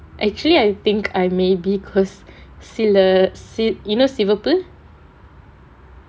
actually I think I maybe because சில சிட்~:sila sit~ you know சிவப்பு:sivappu